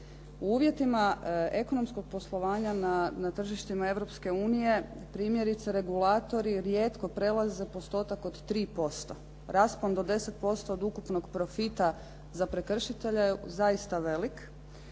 U uvjetima ekonomskog poslovanja na tržištima Europske unije primjerice regulatori rijetko prelaze postotak od 3%. Raspon do 10% od ukupnog profita za prekršitelje je zaista velik.